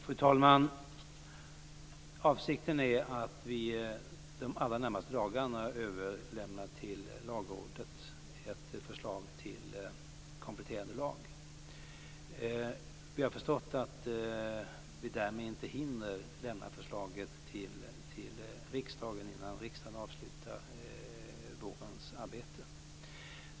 Fru talman! Avsikten är att vi under de allra närmaste dagarna skall överlämna ett förslag till kompletterande lag till Lagrådet. Vi har förstått att vi därmed inte hinner lämna förslag till riksdagen innan riksdagen avslutar vårens arbete.